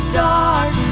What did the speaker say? dark